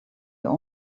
your